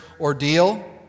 ordeal